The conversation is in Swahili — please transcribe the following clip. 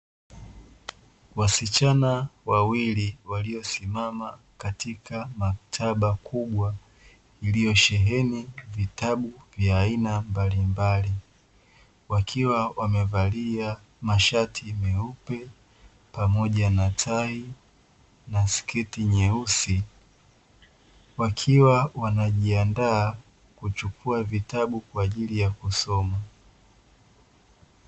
Wasichana wawili waliosimama katika maktaba kubwa iliyo sheheni vitabu vya aina mbalimbali, wakiwa wamevalia mashati meupe pamoja na tai na sketi nyeusi, wakiwa wanajiandaa kuchukua vitabu kwa ajili ya kusoma.